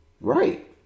Right